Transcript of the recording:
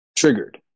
triggered